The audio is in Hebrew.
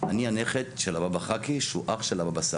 אני הנכד של הרב החאקי שהוא אח של הבבא סאלי.